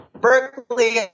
Berkeley